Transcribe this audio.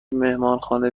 مهمانخانه